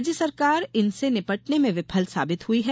राज्य सरकार इनसे निबटने में विफल साबित हुई है